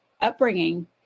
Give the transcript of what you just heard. upbringing